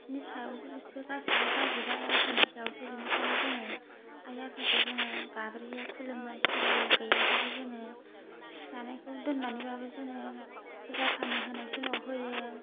बिसिनि सायावसो गासिबो जाजोबा इसोरनि सायावसो बिनिखायनो जोङो आइ आफाखौ जोङो गाबज्रियो खुलुमो सिबियो गैयाबाबो जोङो जानायखौ दोन्नानै बाबो जोङो पुजा फानि होनाय समाव होयो